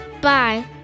bye